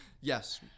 Yes